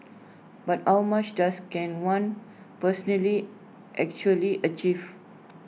but how much does can one personally actually achieve